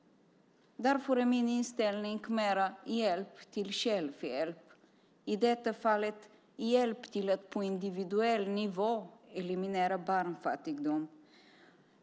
Därför är min inställning mera hjälp till självhjälp, i detta fall hjälp till att på individuell nivå eliminera barnfattigdomen.